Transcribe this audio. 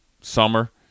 summer –